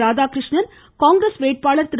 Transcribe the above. ராதாகிருஷ்ணன் காங்கிரஸ் வேட்பாளர் திரு